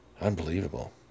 Unbelievable